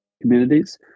communities